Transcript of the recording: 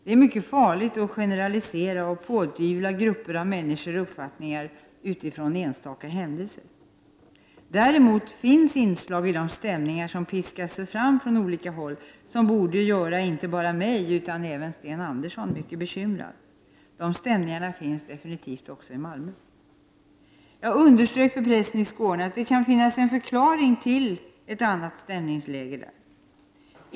Det är mycket farligt att generalisera och pådyvla grupper av människor uppfattningar utifrån enstaka händelser. Däremot finns inslag i de stämningar som piskas fram på olika håll, som borde göra inte bara mig utan även Sten Andersson mycket bekymrad. De stämningarna finns definitivt också i Malmö. Jag underströk för pressen i Skåne att det kan finnas en förklaring till ett annat stämningsläge där.